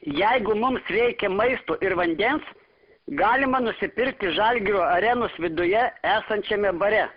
jeigu mums reikia maisto ir vandens galima nusipirkti žalgirio arenos viduje esančiame bare